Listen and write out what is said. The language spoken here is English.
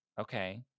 Okay